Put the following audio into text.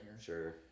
Sure